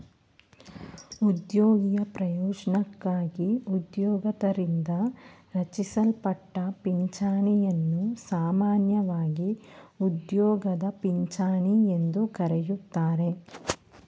ಉದ್ಯೋಗಿಯ ಪ್ರಯೋಜ್ನಕ್ಕಾಗಿ ಉದ್ಯೋಗದಾತರಿಂದ ರಚಿಸಲ್ಪಟ್ಟ ಪಿಂಚಣಿಯನ್ನು ಸಾಮಾನ್ಯವಾಗಿ ಉದ್ಯೋಗದ ಪಿಂಚಣಿ ಎಂದು ಕರೆಯುತ್ತಾರೆ